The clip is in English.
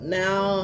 now